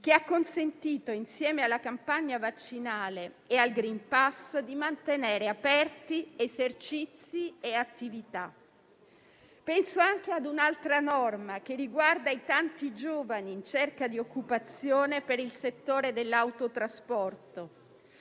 che ha consentito, insieme alla campagna vaccinale e al *green pass*, di mantenere aperti esercizi e attività. Penso anche ad un'altra norma, che riguarda i tanti giovani in cerca di occupazione per il settore dell'autotrasporto: